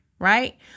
right